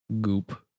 goop